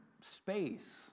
space